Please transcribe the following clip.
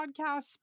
Podcasts